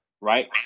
right